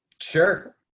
Sure